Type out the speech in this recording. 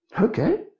Okay